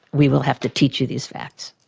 we will have to teach you these facts.